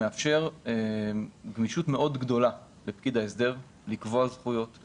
מאפשר גמישות מאוד גדולה לפקיד ההסדר לקבוע זכויות,